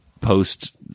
post